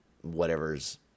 whatever's